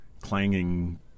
clanging